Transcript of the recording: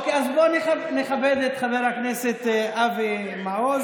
אוקיי, אז בוא נכבד את חבר הכנסת אבי מעוז.